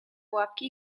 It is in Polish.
ławki